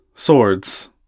Swords